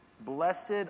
Blessed